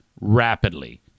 rapidly